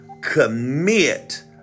commit